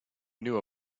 knew